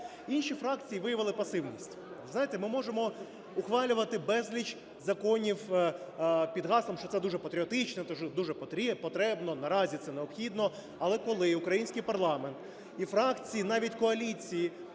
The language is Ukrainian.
Інші фракції виявили пасивність. Знаєте, ми можемо ухвалювати безліч законів під гаслом, що це дуже патріотично, дуже потрібно, наразі це необхідно, але коли український парламент і фракції, навіть коаліції